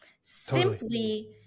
simply